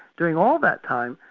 during all that time,